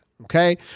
Okay